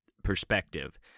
perspective